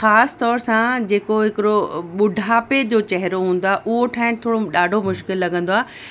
ख़ासि तौर सां जेको हिकिड़ो ॿुढापे जो चहिरो हूंदो आहे उहो ठाहिणु थोरो ॾाढो मुश्किल लॻंदो आहे